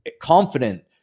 confident